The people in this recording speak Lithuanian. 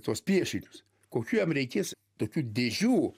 tuos piešinius kokių jam reikės tokių dėžių